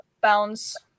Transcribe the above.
bounds